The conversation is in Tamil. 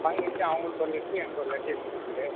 வாங்கிவிட்டு அவங்களுக்கு ஒரு லெட்ரு எனக்கு ஒரு லெட்ரு எழுதி கொடுத்துரு